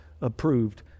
approved